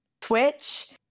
Twitch